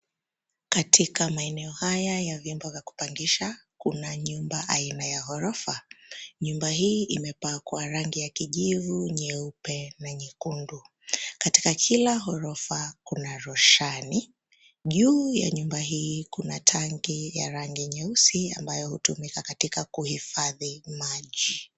Katika maeneo haya ya nyumba za kupangisha kuna nyumba aina ya ghorofa. Nyumba hii imepakwa rangi ya kijivu, nyeupe na nyekundu. Katika kila ghorofa kuna roshani. Juu ya nyumba hii kuna tangi ya rangi nyeusi ambayo hutumika katika kuhifadhi maji.